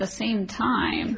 the same time